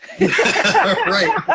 Right